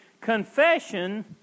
Confession